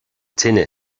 tine